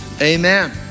Amen